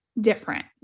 different